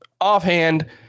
offhand